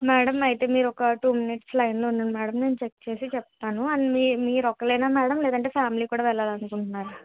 madam అయితే మీరు ఒక టూ మినిట్స్ లైన్లో ఉండండి మేడం నేను చెక్ చేసి చెప్తాను అండ్ మీ మీరు ఒక్కరేనా మేడం లేదంటే ఫ్యామిలీ కూడా వెళ్ళాలనుకుంట్నారా